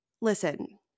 Listen